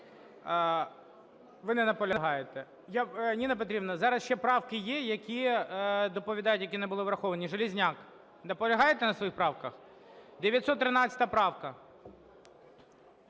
Ви не наполягаєте? Ніна Петрівна, зараз ще правки є, які доповідають, які не були враховані. Железняк, наполягаєте на своїх правках? 913 правка.